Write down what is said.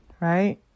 right